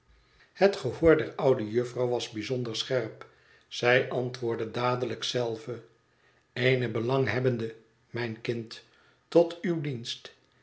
het gehoor der oude jufvrouw was bijzonder scherp zij antwoordde dadelijk zelve eene belanghebbende mijn kind tot uw dienst